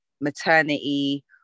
maternity